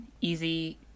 easy